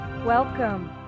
Welcome